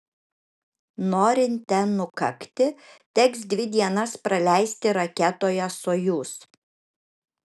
norint ten nukakti teks dvi dienas praleisti raketoje sojuz